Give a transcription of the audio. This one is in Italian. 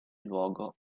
luogo